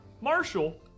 Marshall